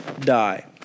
die